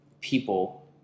people